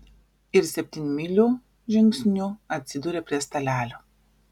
ir septynmyliu žingsniu atsidūrė prie stalelio